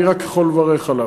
אני רק יכול לברך עליו: